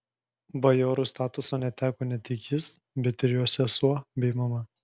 bajoro statuso neteko ne tik jis bet ir jo sesuo bei mama